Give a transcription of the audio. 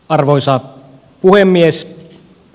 arvoisa puhemies